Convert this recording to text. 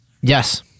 Yes